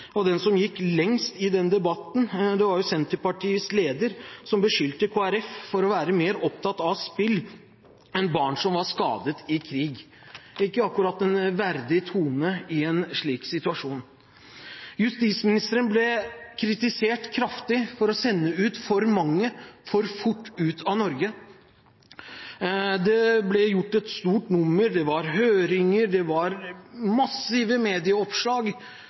og den som gikk lengst i den debatten, var Senterpartiets leder, som beskyldte Kristelig Folkeparti for å være mer opptatt av spill enn av barn som var skadet i krig. Det er ikke akkurat en verdig tone i en slik situasjon. Justisministeren ble kritisert kraftig for å sende for mange for fort ut av Norge. Det ble gjort et stort nummer av det – det var høringer, det var massive medieoppslag,